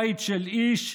בית של איש,